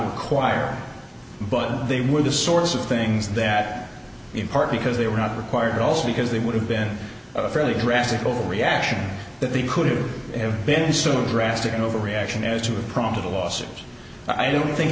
not quire but they were the sorts of things that in part because they were not required also because they would have been a fairly aggressive overreaction that they could have been so drastic an overreaction as to have prompted a lawsuit i don't think